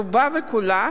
רובה ככולה,